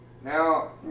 Now